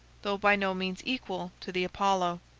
though by no means equal to the apollo.